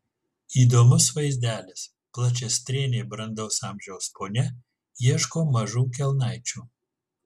įdomus vaizdelis plačiastrėnė brandaus amžiaus ponia ieško mažų kelnaičių